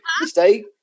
stay